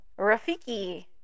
rafiki